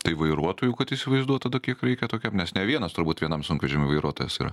tai vairuotojų kad įsivaizduot tada kiek reikia tokiam nes ne vienas turbūt vienam sunkvežimio vairuotojas yra